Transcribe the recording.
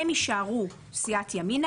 הם יישארו סיעת ימינה,